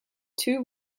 two